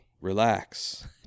relax